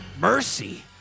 Mercy